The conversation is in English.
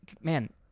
Man